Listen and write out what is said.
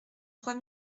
trois